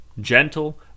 gentle